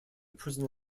personal